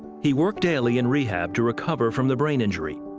he worked daily in rehab to recover from the brain injury.